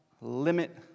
limit